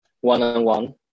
one-on-one